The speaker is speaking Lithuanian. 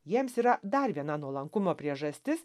jiems yra dar viena nuolankumo priežastis